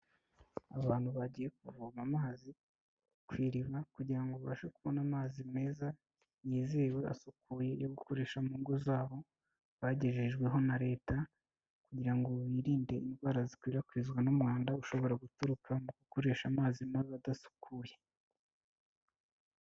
Abantu bagiye kuvoma amazi ku iriba, kugira ngo babashe kubona amazi meza, yizewe asukuye yo gukoresha mu ngo zabo, bagejejweho na Leta, kugira ngo birinde indwara zikwirakwizwa n'umuwanda ushobora guturuka mu gukoresha amazi mabi adasukuye.